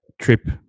Trip